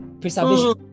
preservation